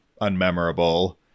unmemorable